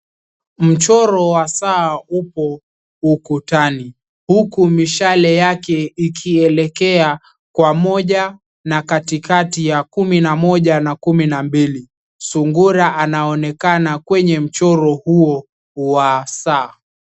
Mchoro wa saa upo ukutani, huku mishale yake ikielekea kwa moja na katikati ya kumi na moja na kumi na mbili. Sungura anaonekana kwenye mchoro huo wa saa.